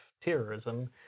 terrorism